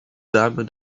dame